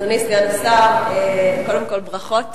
אדוני סגן השר, קודם כול ברכות.